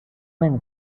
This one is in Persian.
نمی